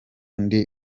ndi